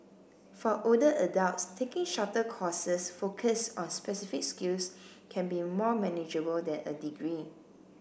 for older adults taking shorter courses focused on specific skills can be more manageable than a degree